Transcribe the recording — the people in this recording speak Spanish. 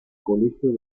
colegio